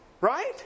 Right